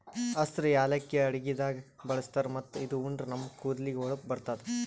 ಹಸ್ರ್ ಯಾಲಕ್ಕಿ ಅಡಗಿದಾಗ್ ಬಳಸ್ತಾರ್ ಮತ್ತ್ ಇದು ಉಂಡ್ರ ನಮ್ ಕೂದಲಿಗ್ ಹೊಳಪ್ ಬರ್ತದ್